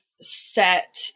set